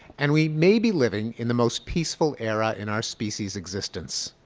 and we may be living in the most peaceful era in our species' existence.